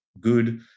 good